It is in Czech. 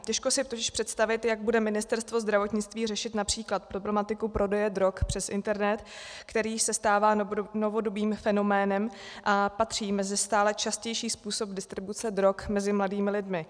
Těžko si totiž představit, jak bude Ministerstvo zdravotnictví řešit např. problematiku prodeje drog přes internet, který se stává novodobým fenoménem a patří mezi stále častější způsob distribuce drog mezi mladými lidmi.